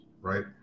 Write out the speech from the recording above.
right